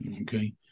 okay